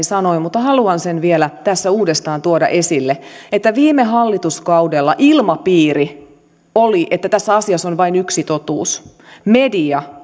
sanoin mutta haluan sen vielä tässä uudestaan tuoda esille että viime hallituskaudella ilmapiiri oli että tässä asiassa on vain yksi totuus media